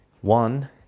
One